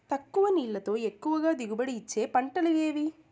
తక్కువ నీళ్లతో ఎక్కువగా దిగుబడి ఇచ్చే పంటలు ఏవి?